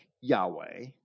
Yahweh